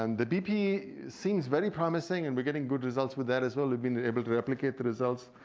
and the dp seems very promising and we're getting good results with that as well. we've been able to replicate the results